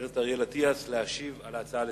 חבר הכנסת אריאל אטיאס, להשיב על ההצעה לסדר.